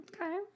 Okay